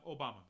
Obama